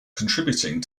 contributing